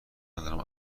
ندارم